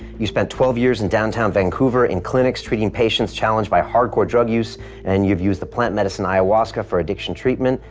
you spent twelve years in downtown vancouver in clinics treating patients challenged by hardcore drug use and you've used the plant medicine ayahuasca for addiction treatment,